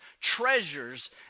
treasures